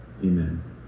Amen